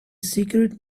secret